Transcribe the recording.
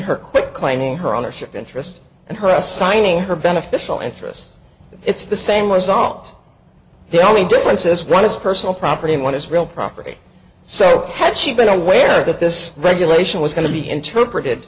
her quick claim on her ownership interest and her assigning her beneficial interest it's the same result the only difference is one is personal property and one is real property so had she been aware that this regulation was going to be interpreted